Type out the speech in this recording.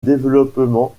développement